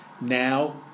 now